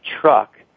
truck